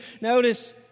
Notice